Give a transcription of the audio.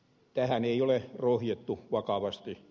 tähän ei ole rohjettu vakavasti